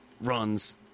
runs